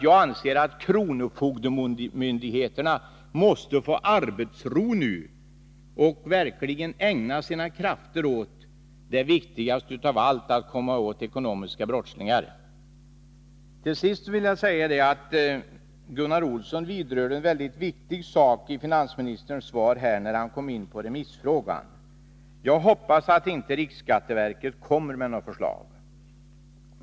Jag anser att kronofogdemyndigheterna nu måste få arbetsro och verkligen ägna sina krafter åt det viktigaste av allt, nämligen att komma åt ekonomiska brottslingar. Till sist vill jag säga att Gunnar Olsson vidrörde en mycket viktig sak i finansministerns svar när han kom in på remissfrågan. Jag hoppas att inte riksskatteverket kommer med något förslag.